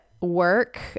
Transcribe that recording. work